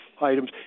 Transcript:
items